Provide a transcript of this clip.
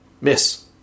Miss